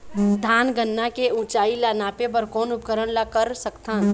धान गन्ना के ऊंचाई ला नापे बर कोन उपकरण ला कर सकथन?